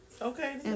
Okay